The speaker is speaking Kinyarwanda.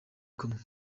kumwe